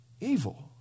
evil